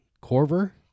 Corver